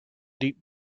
deep